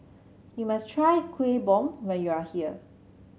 you must try Kueh Bom when you are here